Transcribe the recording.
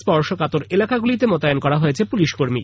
স্পর্শকাতর এলাকাগুলিতে মোতায়েন করা হয়েছে পুলিশ কর্মী